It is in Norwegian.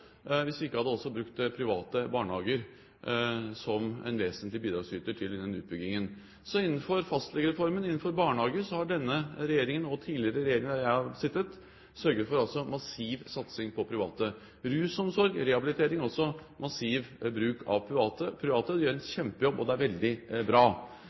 hvis vi ikke også hadde brukt private barnehager som en vesentlig bidragsyter til denne utbyggingen. Så innenfor fastlegereformen og innenfor barnehager har denne regjeringen og tidligere regjeringer jeg har sittet i, sørget for massiv satsing på private, innenfor rusomsorg og rehabilitering også – massiv bruk av private. Private gjør en kjempejobb, og det er veldig bra.